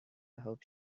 hope